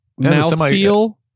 mouthfeel